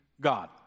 God